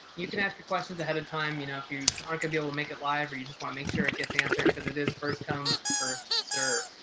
you can ask your questions ahead of time, you know, if you aren't gonna be able to make it live or you just want to make sure it gets answered because it is first come first serve.